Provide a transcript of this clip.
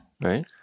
Right